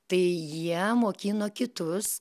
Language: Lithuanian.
tai jie mokino kitus